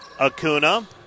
Acuna